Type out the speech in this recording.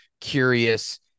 curious